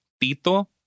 Tito